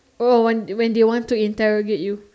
oh when when they want to interrogate you